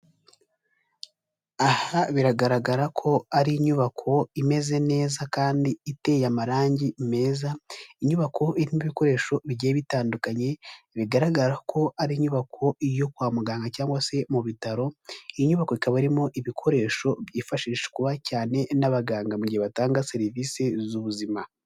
Aha biragaragara ko ari inyubako imeze neza kandi iteye amarangi meza, inyubako irimo ibikoresho bigiye bitandukanye, bigaragara ko ari inyubako yo kwa muganga cyangwa se mu bitaro, iyi nyubako ikaba irimo ibikoresho byifashishwa cyane n'abaganga mu gihe batanga serivise z'ubuzima.